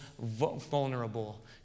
vulnerable